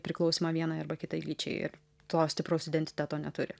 priklausymą vienai arba kitai lyčiai ir to stipraus identiteto neturi